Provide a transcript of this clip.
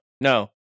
No